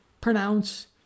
pronounce